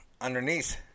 underneath